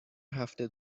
هفته